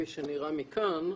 כפי שנראה מכאן,